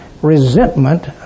Resentment